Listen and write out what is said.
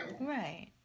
right